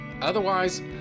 Otherwise